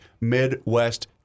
Midwest